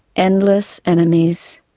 endless enemies,